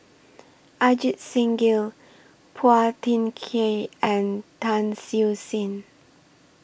Ajit Singh Gill Phua Thin Kiay and Tan Siew Sin